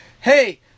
hey